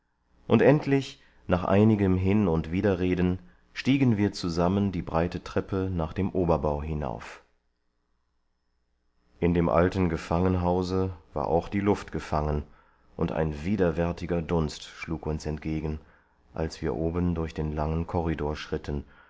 und endlich nach einigem hin und widerreden stiegen wir zusammen die breite treppe nach dem oberbau hinauf in dem alten gefangenhause war auch die luft gefangen und ein widerwärtiger dunst schlug uns entgegen als wir oben durch den langen korridor schritten